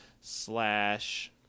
slash